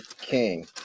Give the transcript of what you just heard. King